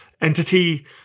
entity